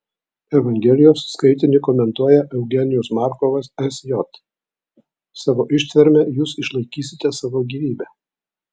evangelijos skaitinį komentuoja eugenijus markovas sj savo ištverme jūs išlaikysite savo gyvybę